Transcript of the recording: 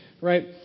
Right